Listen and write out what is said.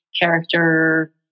character